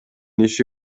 иши